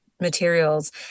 materials